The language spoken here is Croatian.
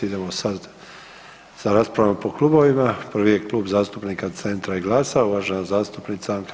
Idemo sad sa raspravama po klubovima, prvi je Klub zastupnika Centra i GLAS-a, uvažena zastupnica Anka